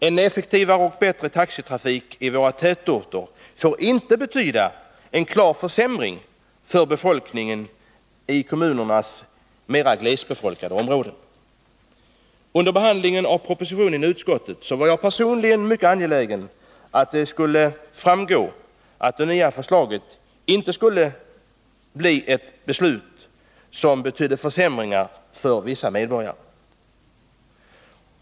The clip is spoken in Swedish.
En bättre och effektivare taxitrafik i våra tätorter får inte betyda en klar försämring för befolkningen i kommunernas mer glesbefolkade områden. Under behand 13 lingen av propositionen i utskottet var jag personligen mycket angelägen om att förslaget inte skulle leda till ett beslut, som betydde försämringar för vissa medborgare.